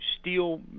steel